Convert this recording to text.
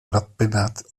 ratpenat